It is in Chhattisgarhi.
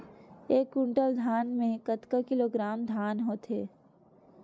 एक कुंटल धान में कतका किलोग्राम धान होथे?